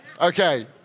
Okay